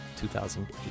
2008